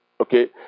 Okay